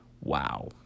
Wow